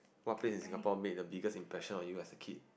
what place in Singapore made the biggest impression on you as a kid